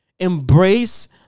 embrace